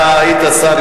אתה היית שר,